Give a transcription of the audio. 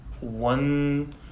one